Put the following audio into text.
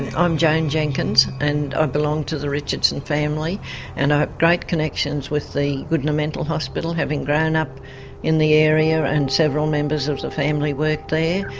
and i'm joan jenkins and ah i belong to the richardson family and i have great connections with the goodna mental hospital, having grown up in the area and several members of the family worked there.